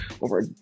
over